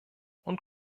und